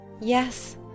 Yes